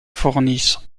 fournissent